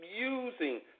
using